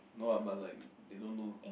no ah but like they don't know